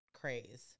craze